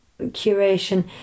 curation